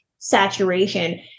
Saturation